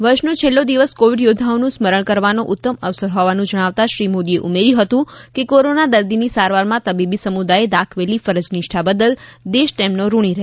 વર્ષનો છેલ્લો દિવસ કોવિડ યોધ્ધાઑનું સ્મરણ કરવાનો ઉત્તમ અવસર હોવાનું જણાવતા શ્રી મોદીએ ઉમેર્યુ હતું કે કોરોના દર્દીની સારવારમાં તબીબી સમુદાયે દાખવેલી ફરજ નિષ્ઠા બદલ દેશ તેમનો ઋણી રહેશે